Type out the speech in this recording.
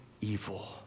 evil